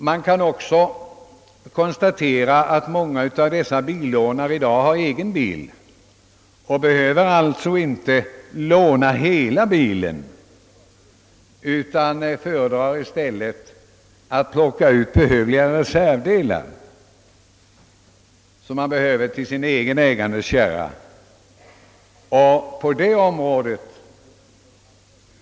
Man kan också konstatera att många av de presumtiva billånarna numera har egen bil och alltså inte behöver låna hela bilen utan i stället föredrar att plocka ut reservdelar till sin egen »kärra».